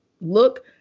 look